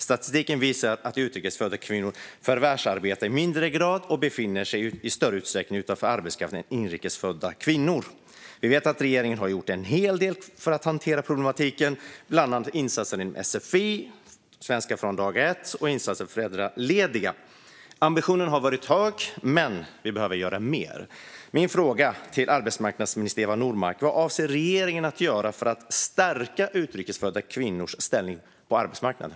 Statistiken visar att utrikes födda kvinnor förvärvsarbetar i lägre grad och befinner sig utanför arbetskraften i större utsträckning än inrikes födda kvinnor. Vi vet att regeringen har gjort en hel del för att hantera problematiken, bland annat genom insatser inom sfi, svenska från dag ett och insatser för föräldralediga. Ambitionen har varit hög, men vi behöver göra mer. Min fråga till arbetsmarknadsminister Eva Nordmark är: Vad avser regeringen att göra för att stärka utrikes födda kvinnors ställning på arbetsmarknaden?